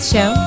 show